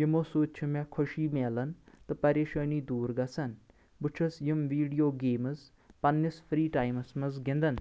یمو سۭتۍ چھُ مےٚ خوشی ملان تہٕ پریشٲنی دوٗر گژھان بہٕ چھُس یم ویٖڈیو گیمز پننِس فری ٹایمس منٛز گندان